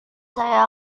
saya